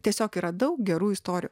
tiesiog yra daug gerų istorijų